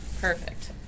Perfect